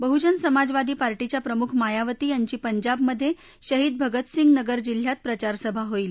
बहुजन समाजवादी पार्टींच्या प्रमुख मायावती यांची पंजाब मधे शहीद भगतसिंग नगर जिल्ह्यात प्रचार सभा होईल